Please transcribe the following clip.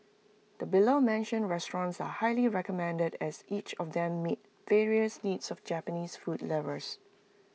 the below mentioned restaurants are highly recommended as each of them meets various needs of Japanese food lovers